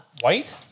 white